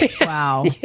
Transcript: Wow